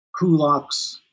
kulaks